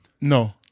No